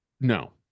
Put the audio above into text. No